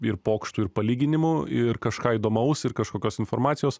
ir pokštų ir palyginimų ir kažką įdomaus ir kažkokios informacijos